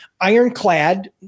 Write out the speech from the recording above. ironclad